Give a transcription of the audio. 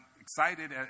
excited